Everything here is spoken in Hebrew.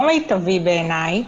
מיטבי בעיניי.